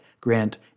grant